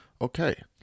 Okay